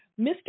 Mr